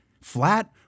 flat